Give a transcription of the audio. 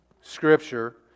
scripture